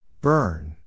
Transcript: Burn